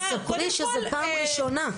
תספרי שזו פעם ראשונה.